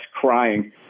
crying